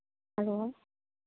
hello